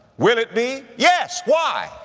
will it be? yes! why?